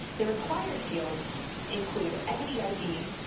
the required fields include entity id,